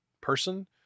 person